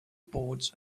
boards